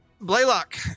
Blaylock